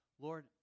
Lord